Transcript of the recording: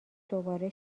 دوباره